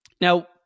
Now